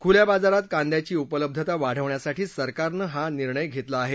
खुल्या बाजारात कांद्याची उपलब्धता वाढवण्यासाठी सरकारनं हा निर्णय घेतला आहे